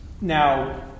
Now